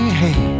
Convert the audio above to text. hey